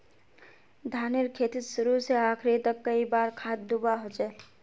धानेर खेतीत शुरू से आखरी तक कई बार खाद दुबा होचए?